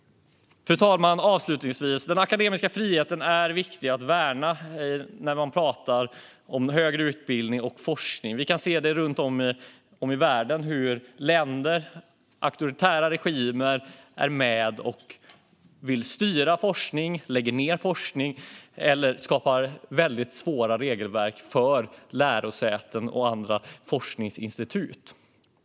Fru talman! Avslutningsvis vill jag säga att den akademiska friheten är viktig att värna när man pratar om högre utbildning och forskning. Vi kan runt om i världen se hur auktoritära regimer styr forskning, lägger ned forskning eller skapar väldigt svåra regelverk för lärosäten och andra forskningsinstitut.